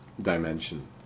dimension